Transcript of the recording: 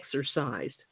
exercised